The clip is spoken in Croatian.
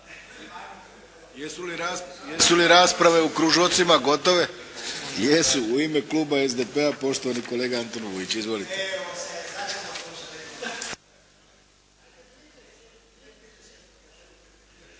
Jesu li rasprave u kružocima gotove? Jesu. U ime kluba SDP-a poštovani kolega Antun Vujić. Izvolite.